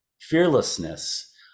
fearlessness